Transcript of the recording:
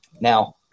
Now